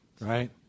right